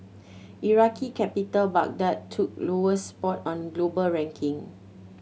Iraqi capital Baghdad took lowest spot on global ranking